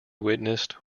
witnessed